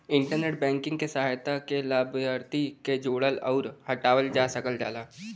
internet banking क सहायता से लाभार्थी क जोड़ल आउर हटावल जा सकल जाला